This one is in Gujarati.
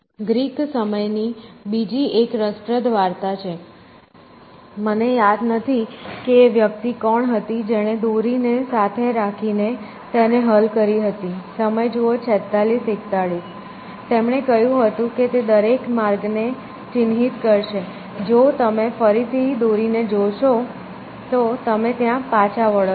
ગ્રીક સમયની બીજી એક રસપ્રદ વાર્તા છે મને યાદ નથી કે એ વ્યક્તિ કોણ હતી જેણે દોરીને સાથે રાખીને તેને હલ કરી હતી તેમણે કહ્યું કે તે દરેક માર્ગને ચિહ્નિત કરશે જો તમે ફરીથી દોરીને જુઓ તો તમે ત્યાં પાછા વળો છો